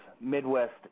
Midwest